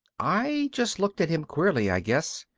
i just looked at him, queerly i guess.